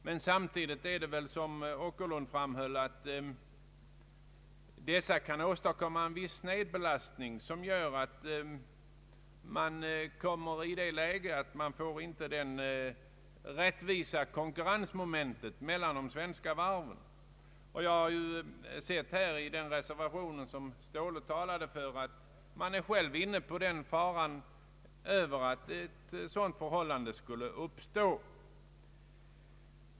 Men samtidigt är det väl, som herr Åkerlund framhöll, så att dessa åtgärder kan åstadkomma en viss snedbelastning som gör att det inte blir en rättvis konkurrens mellan de svenska varven. Jag har sett att man i den reservation som herr Ståhle talade för är inne på faran för att ett sådant förhållande uppstår.